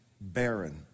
barren